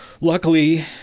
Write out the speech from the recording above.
luckily